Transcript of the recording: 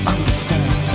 Understand